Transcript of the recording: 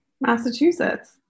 Massachusetts